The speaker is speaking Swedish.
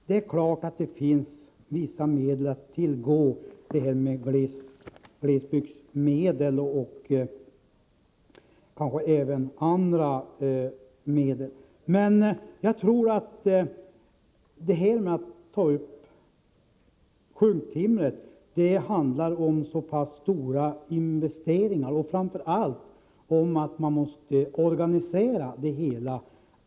Det är klart att det finns vissa glesbygdsmedel och även andra medel att tillgå. Men att ta upp sjunktimmer kräver stora investeringar och en organisation.